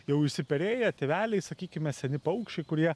jau išsiperėję tėveliai sakykime seni paukščiai kurie